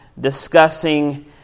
discussing